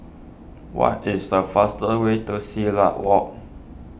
what is the faster way to Silat Walk